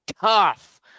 tough